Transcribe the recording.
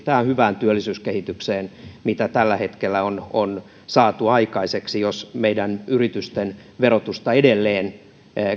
tähän hyvään työllisyyskehitykseen mitä tällä hetkellä on on saatu aikaiseksi jos meidän yritysten verotusta edelleen